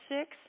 six